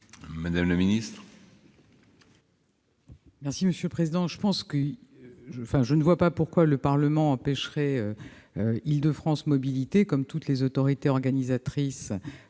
madame la ministre,